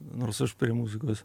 nors aš prie muzikos